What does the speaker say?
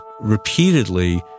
repeatedly